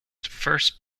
first